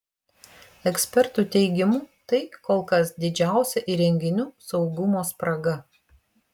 ekspertų teigimu tai kol kas didžiausia įrenginių saugumo spraga